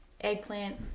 eggplant